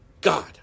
God